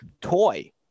toy